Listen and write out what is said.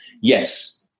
Yes